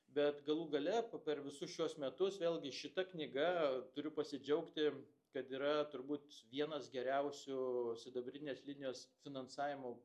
bet galų gale po per visus šiuos metus vėlgi šita knyga turiu pasidžiaugti kad yra turbūt vienas geriausių sidabrinės linijos finansavimo